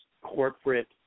corporate